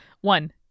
One